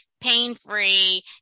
pain-free